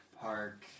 Park